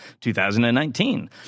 2019